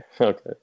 okay